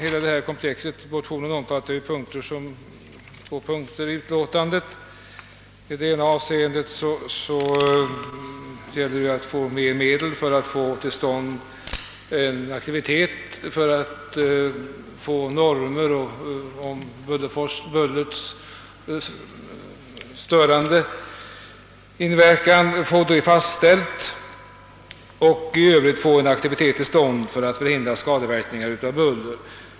Såsom framgår av utlåtandet upptar yrkandet i de aktuella likalydande motionerna flera avsnitt — det gäller dels att erhålla mera medel för att kunna fastställa normer för bullrets störande inverkan, dels att få till stånd en aktivitet för att förhindra skadeverkningar av buller.